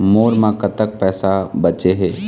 मोर म कतक पैसा बचे हे?